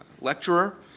lecturer